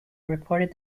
reported